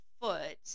foot